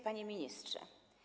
Panie Ministrze!